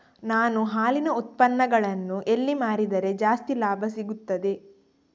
ನಾನು ಹಾಲಿನ ಉತ್ಪನ್ನಗಳನ್ನು ಎಲ್ಲಿ ಮಾರಿದರೆ ಜಾಸ್ತಿ ಲಾಭ ಸಿಗುತ್ತದೆ?